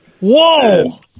whoa